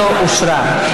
לא נתקבלה.